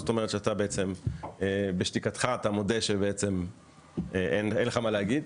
זאת אומרת שבעצם בשתיקתך אתה מודה שאין לך מה להגיד.